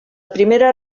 primera